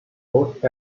most